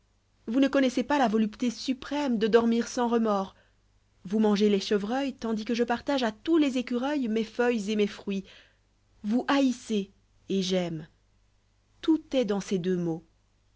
vous ne connoissez pas la volupté suprême de dormir sans remords vous ïnàn'gez'fey hé vreùïïs taudis que je partage à tous les écureuils l mes feuilles et mes fruits vous haïssez et j'aime tout est dans ces deux mots